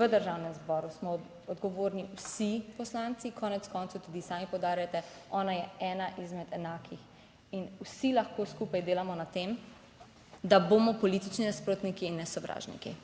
v Državnem zboru smo odgovorni vsi poslanci, konec koncev tudi sami poudarjate, ona je ena izmed enakih in vsi lahko skupaj delamo na tem, da bomo politični nasprotniki in ne sovražniki.